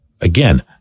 again